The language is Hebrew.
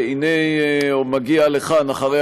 הנה הוא מגיע לכאן אחרי